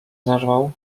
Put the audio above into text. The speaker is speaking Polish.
zerwał